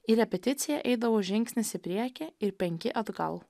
į repeticiją eidavau žingsnis į priekį ir penki atgal